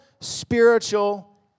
spiritual